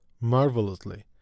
marvelously